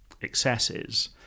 excesses